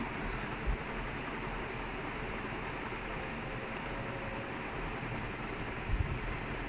ya but at least you still you still not did you both no வீட்ல வேல செஞ்சதில்ல:veetla vela senchathu illa so it's fine no it's still something